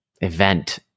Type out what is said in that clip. event